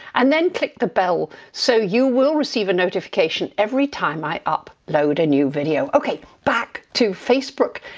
and then click the bell, so you will receive a notification every time i upload a new video. ok, back to facebook,